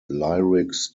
lyrics